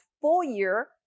full-year